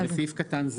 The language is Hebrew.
בסעיף קטן (ז)